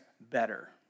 better